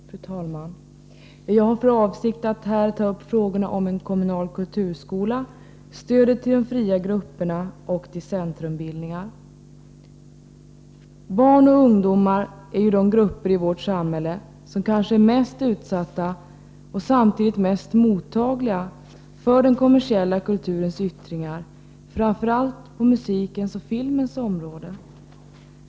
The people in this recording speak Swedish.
Fru talman! Jag har för avsikt att ta upp frågorna om en kommunal kulturskola, stödet till de fria grupperna och stödet till centrumbildningar. Barn och ungdomar är de grupper i vårt samhälle som kanske är mest utsatta och samtidigt mest mottagliga för den kommersiella kulturens yttringar, framför allt på musikens och filmens område.